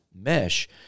mesh